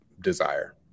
desire